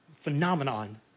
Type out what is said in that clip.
phenomenon